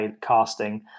Casting